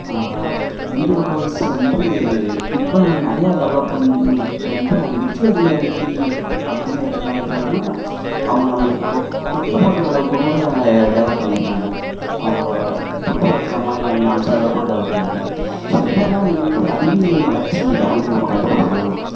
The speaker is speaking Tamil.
வீடியோ கால்ஸ் வந்து இப்போ நிறைய டெவலப் வந்து வந்து அது விர்சுவல் ரியாலிட்டி அப்படிங்கிற டெக்னாலஜி மூலமாக அவங்கள நம்ம இப்போ தொட் தொட்டு பார்க்குற அளவுக்குக்கூட டெவலப் பண்ணிருக்காங்க அவங்கள தொட்டுபாக்குறமாதிரியான அம்சங்களக்கூட டெவலப் பண்ணிருக்காங்க ஸோ இதெல்லாம் வந்து அறிவியல் வளர்ச்சி அப்படினு நம்ம கண்டிப்பாக சொல்லலாம்